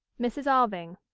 mrs. alving.